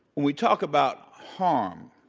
we talk about harm.